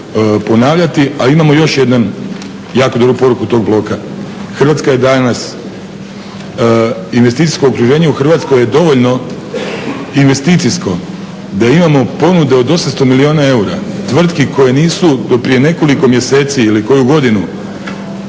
ponavljati. A imamo još jednu jako dobru poruku tog bloka. Hrvatska je danas, investicijsko okruženje u Hrvatskoj je dovoljno investicijsko da imamo ponude od 800 milijuna eura, tvrtki koje nisu do prije nekoliko mjeseci ili koju godinu